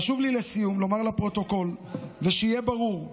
חשוב לי לסיום לומר לפרוטוקול, ושיהיה ברור: